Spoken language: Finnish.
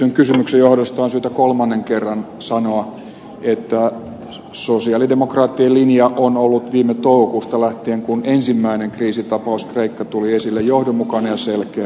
esitetyn kysymyksen johdosta on syytä kolmannen kerran sanoa että sosialidemokraattien linja on ollut viime toukokuusta lähtien kun ensimmäinen kriisitapaus kreikka tuli esille johdonmukainen ja selkeä